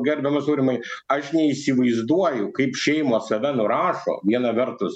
gerbiamas aurimai aš neįsivaizduoju kaip šeimos save nurašo viena vertus